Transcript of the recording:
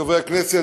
חברי הכנסת,